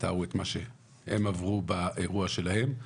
יתארו את מה שהם עברו באירוע שלהם.